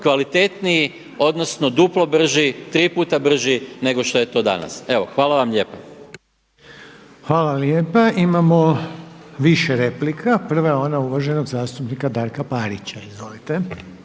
kvalitetniji odnosno duplo brži, tri puta brži nego što je to danas. Evo hvala vam lijepa. **Reiner, Željko (HDZ)** Hvala lijepa. Imamo više replika. Prva je ona uvaženog zastupnika Darka Parića. Izvolite.